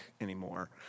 anymore